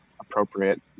appropriate